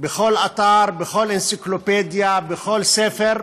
בכל אתר, בכל אנציקלופדיה, בכל ספר,